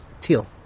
Teal